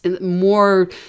more